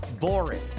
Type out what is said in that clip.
boring